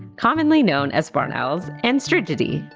commonly known as barn-owls, and strigidae,